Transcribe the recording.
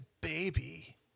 baby